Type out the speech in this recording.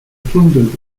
plundered